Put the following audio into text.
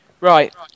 Right